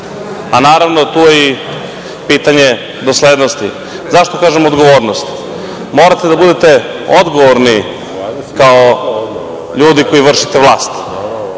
a naravno tu je i pitanje doslednosti.Zašto kažem odgovornost? Morate da budete odgovorni kao ljude koji vršite vlast.